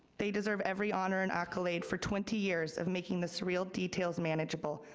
they deserve every honor and accolade for twenty years of making the surreal details manageable,